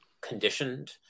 conditioned